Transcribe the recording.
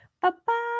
Bye-bye